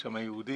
יש שם יהודים,